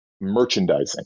merchandising